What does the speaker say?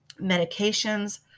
medications